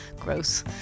gross